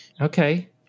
Okay